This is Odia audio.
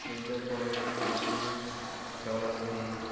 ନିଜ ପରିବାର ଭାବିକି ଚଳନ୍ତି